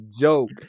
joke